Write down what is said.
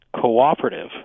cooperative